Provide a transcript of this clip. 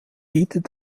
bietet